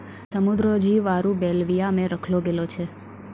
समुद्र रो जीव आरु बेल्विया मे रखलो गेलो छै